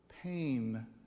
pain